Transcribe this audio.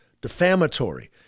defamatory